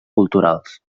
culturals